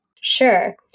Sure